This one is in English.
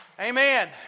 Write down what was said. Amen